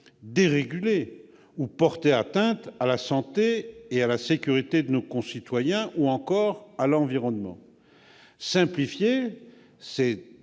déréguler ou porter atteinte à la santé et à la sécurité de nos concitoyens, ou encore à l'environnement. Simplifier, dans